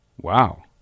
Wow